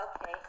Okay